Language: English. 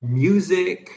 music